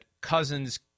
Cousins